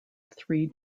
three